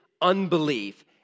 unbelief